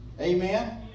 amen